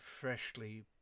freshly